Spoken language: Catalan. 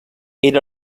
era